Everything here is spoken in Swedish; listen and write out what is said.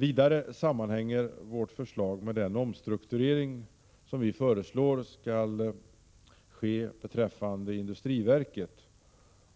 Vidare sammanhänger vårt förslag med den omstrukturering som vi föreslår skall ske av industriverket